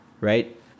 right